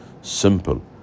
simple